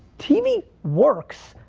tv works,